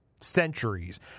centuries